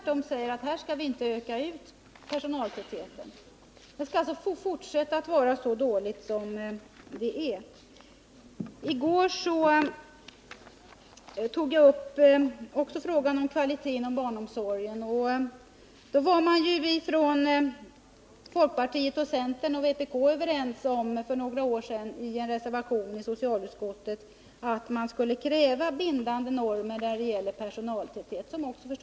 Tvärtom säger man att personaltätheten inte skall ökas. Förhållandena skall alltså få fortsätta att vara så dåliga som de är. I gårdagens debatt tog jag också upp frågan om kvaliteten inom barnomsorgen. För några år sedan var man från folkpartiet och centern i socialutskottet överens med vpk om en reservation, i vilken man krävde bindande normer för personaltätheten i barnstugorna.